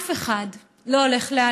אף אחד לא הולך להיעלם.